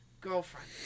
girlfriend